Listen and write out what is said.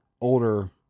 older